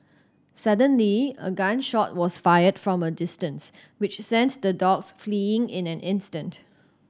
suddenly a gun shot was fired from a distance which sent the dogs fleeing in an instant